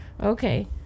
Okay